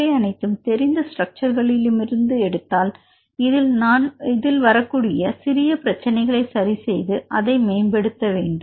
இவை அனைத்தும் தெரிந்த ஸ்ட்ரக்சர்களிலிருந்தும் எடுத்தாலும் நாம் இதில் வரக்கூடிய சிறிய பிரச்சனைகளை சரி செய்து அதை மேம்படுத்த வேண்டும்